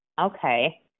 Okay